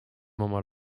moment